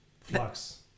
Flux